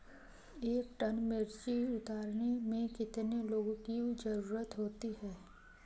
एक टन मिर्ची उतारने में कितने लोगों की ज़रुरत होती है?